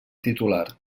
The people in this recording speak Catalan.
titular